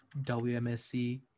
WMSC